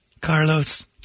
Carlos